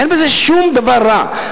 אין בזה שום דבר רע.